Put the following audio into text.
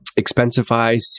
Expensify